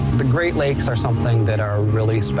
the great lakes are something that are really